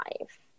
life